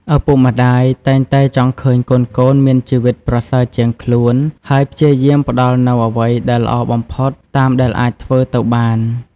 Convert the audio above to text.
ឪពុកម្ដាយតែងតែចង់ឃើញកូនៗមានជីវិតប្រសើរជាងខ្លួន ហើយព្យាយាមផ្ដល់នូវអ្វីដែលល្អបំផុតតាមដែលអាចធ្វើទៅបាន។